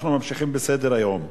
אנחנו ממשיכים בסדר-היום.